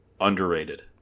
Underrated